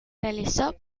realizó